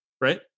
right